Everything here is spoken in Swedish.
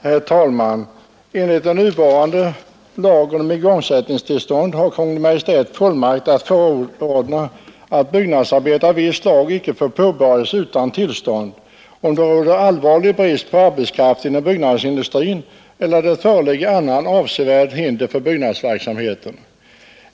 Herr talman! Enligt den nuvarande lagen om igångsättningstillstånd har Kungl. Maj:t fullmakt att förordna att byggnadsarbete av visst slag inte får påbörjas utan tillstånd, om det råder allvarlig brist på arbetskraft inom byggnadsindustrin eller det föreligger annat avsevärt hinder för byggnadsverksamheten.